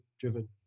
driven